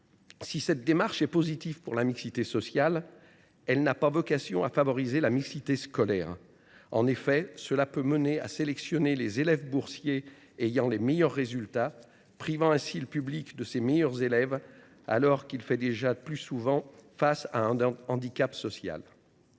Si cette démarche est positive pour la mixité sociale, elle n’a pas vocation à favoriser la mixité scolaire. En effet, elle peut conduire à sélectionner les élèves boursiers ayant les meilleurs résultats et à priver ainsi le public de ses meilleurs élèves, alors que ce dernier doit déjà plus souvent faire face à des handicaps sociaux.